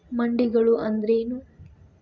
ಮಂಡಿಗಳು ಅಂದ್ರೇನು?